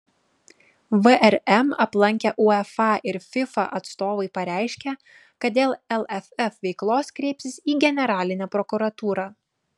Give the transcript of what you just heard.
vrm aplankę uefa ir fifa atstovai pareiškė kad dėl lff veiklos kreipsis į generalinę prokuratūrą